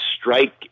strike